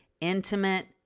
intimate